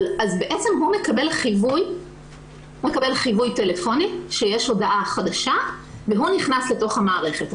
בעצם הוא מקבל חיווי טלפוני שיש הודעה חדשה והוא נכנס לתוך המערכת.